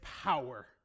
power